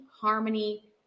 harmony